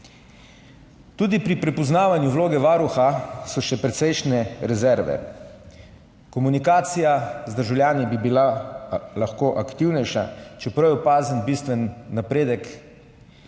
Tudi pri prepoznavanju vloge Varuha so še precejšnje rezerve. Komunikacija z državljani bi lahko bila aktivnejša, čeprav je opazen bistven napredek